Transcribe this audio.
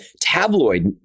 tabloid